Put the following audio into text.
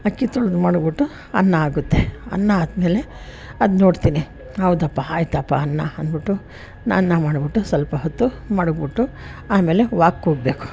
ಅಕ್ಕಿ ತೊಳ್ದು ಮಡಗಿಬಿಟ್ಟು ಅನ್ನ ಆಗುತ್ತೆ ಅನ್ನ ಆದಮೇಲೆ ಅದು ನೋಡ್ತೀನಿ ಹೌದಪ್ಪಾ ಆಯ್ತಪ್ಪಾ ಅನ್ನ ಅಂದ್ಬಿಟ್ಟು ನಾ ಅನ್ನ ಮಾಡಿಬಿಟ್ಟು ಸ್ವಲ್ಪ ಹೊತ್ತು ಮಡಗಿಬಿಟ್ಟು ಆಮೇಲೆ ವಾಕಿಗೆ ಹೋಗಬೇಕು